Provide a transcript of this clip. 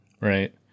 right